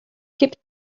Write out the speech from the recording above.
kippt